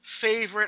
favorite